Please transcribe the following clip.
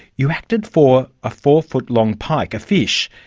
you acted for a four-foot long pike, a fish.